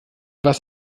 was